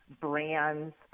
brands